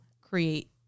create